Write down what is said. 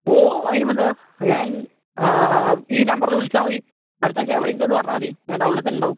ഓ അതിനിപ്പെന്താണ് ഞാൻ ഈ നമ്പറിൽ വിളിച്ചാൽ മതി അടുത്താഴ്ച എവിടെയുണ്ടെന്നു പറഞ്ഞാൽ മതി ഞാൻ ടൗണിൽ തന്നെയുണ്ടാവും